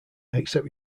except